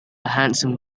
handsome